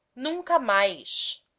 nunca mais,